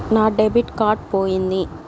నా debit card పోయింది